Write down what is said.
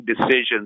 decisions